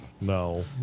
no